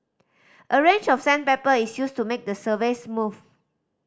a range of sandpaper is used to make the surface smooth